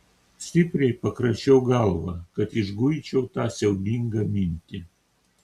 stipriai pakračiau galvą kad išguičiau tą siaubingą mintį